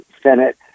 Senate